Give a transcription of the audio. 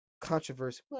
controversy